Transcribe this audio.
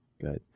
Good